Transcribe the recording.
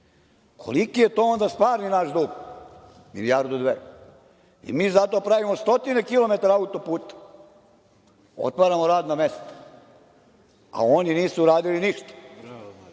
Jeste. Koliki je to onda stvarno naš dug? Milijardu, dve. Mi zato pravimo stotine kilometara autoputa, otvaramo radna mesta, a oni nisu radili ništa.